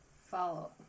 follow